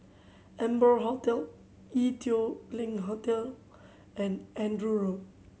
Amber Hotel Ee Teow Leng Hotel and Andrew Road